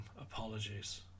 Apologies